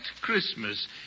Christmas